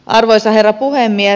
arvoisa herra puhemies